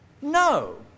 No